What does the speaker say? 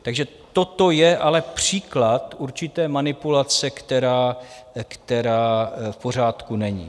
Takže toto je ale příklad určité manipulace, která v pořádku není.